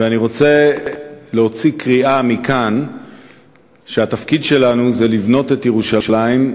ואני רוצה להוציא קריאה מכאן שהתפקיד שלנו זה לבנות את ירושלים,